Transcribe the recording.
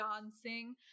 dancing